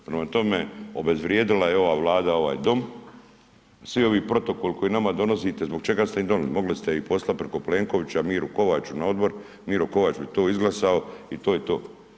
Prema tome, obezvrijedila je ova Vlada ovaj Dom, svi ovi protokoli koje nama donosite, zbog čega ste ih donijeli, mogli ste ih poslati preko Plenkovića Miri Kovaču na odbor, Miro Kovač bi to izglasao i to je to.